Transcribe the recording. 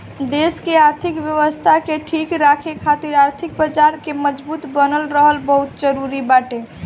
देस के आर्थिक व्यवस्था के ठीक राखे खातिर आर्थिक बाजार के मजबूत बनल रहल बहुते जरुरी बाटे